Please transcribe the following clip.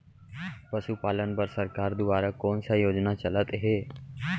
पशुपालन बर सरकार दुवारा कोन स योजना चलत हे?